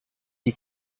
die